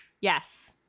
yes